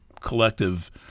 collective